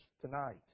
tonight